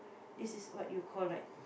this is what you call like